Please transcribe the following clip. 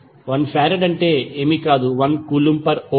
1 farad అంటే ఏమీ కాదు 1 కూలంబ్ పర్ వోల్ట్